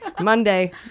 Monday